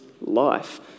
life